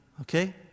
Okay